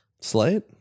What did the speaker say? Slate